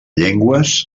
llengües